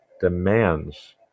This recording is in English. demands